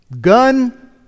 gun